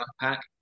pack